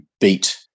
beat